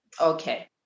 Okay